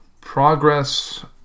progress